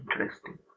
interesting